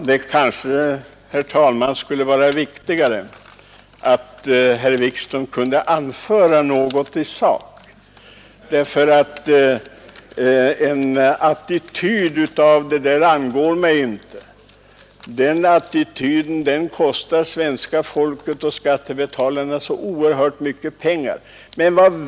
Herr talman! Det kanske skulle ha varit riktigare om herr Wikström kunde anföra något i sak. En attityd av typen ”den här saken angår mig inte” kostar svenska folket och skattebetalarna oerhört mycket pengar.